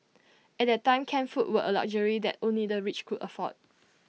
at that time canned foods were A luxury that only the rich could afford